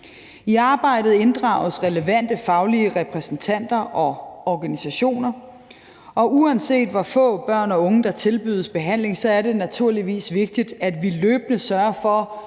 I arbejdet inddrages relevante faglige repræsentanter og organisationer. Uanset hvor få børn og unge der tilbydes behandling, er det naturligvis vigtigt, at vi løbende sørger for